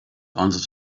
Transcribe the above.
answered